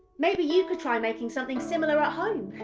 maybe you could try making something similar at home.